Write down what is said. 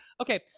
okay